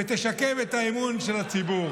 ותשקם את אמון הציבור.